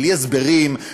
בלי הסברים,